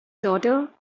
daughter